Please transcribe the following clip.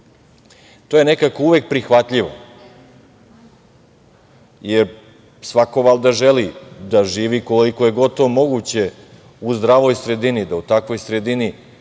To je nekako uvek prihvatljivo, jer svako valjda želi da živi koliko god je to moguće u zdravoj sredini i da u takvoj sredini